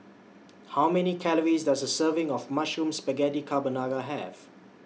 How Many Calories Does A Serving of Mushroom Spaghetti Carbonara Have